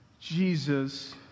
Jesus